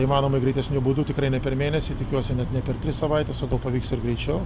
įmanomai greitesniu būdu tikrai ne per mėnesį tikiuosi net ne per tris savaites o gal pavyks ir greičiau